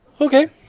Okay